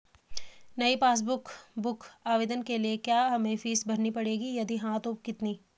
नयी passbook book आवेदन के लिए क्या हमें फीस भरनी पड़ेगी यदि हाँ तो कितनी?